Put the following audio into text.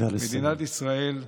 מדינת ישראל,